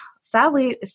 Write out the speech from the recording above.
sadly